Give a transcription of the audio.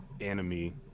enemy